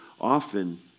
often